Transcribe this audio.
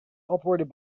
operated